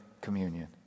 communion